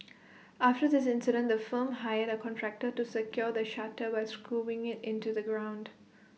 after this incident the firm hired A contractor to secure the shutter by screwing IT into the ground